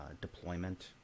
deployment